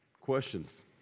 Questions